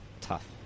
tough